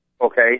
Okay